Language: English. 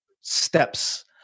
steps